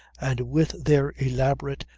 and with their elaborate,